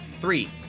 Three